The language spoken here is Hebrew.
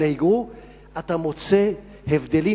אלה היגרו, אתה מוצא הבדלים.